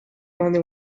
only